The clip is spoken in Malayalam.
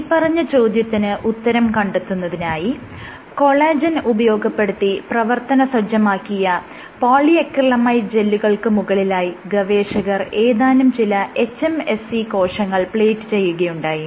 മേല്പറഞ്ഞ ചോദ്യത്തിന് ഉത്തരം കണ്ടെത്തുന്നതിനായി കൊളാജെൻ ഉപയോഗപ്പെടുത്തി പ്രവർത്തന സജ്ജമാക്കിയ PA ജെല്ലുകൾക്ക് മുകളിലായി ഗവേഷകർ ഏതാനും ചില hMSC കോശങ്ങൾ പ്ലേറ്റ് ചെയ്യുകയുണ്ടായി